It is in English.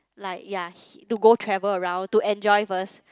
like ya to go travel around to enjoy first